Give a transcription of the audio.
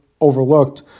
overlooked